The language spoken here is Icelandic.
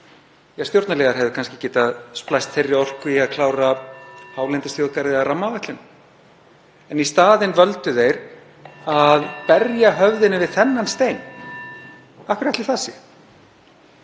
Stjórnarliðar hefðu kannski getað splæst þeirri orku í að klára hálendisþjóðgarð eða rammaáætlun, en í staðinn völdu þeir að berja höfðinu við þennan stein. Af hverju ætli það sé?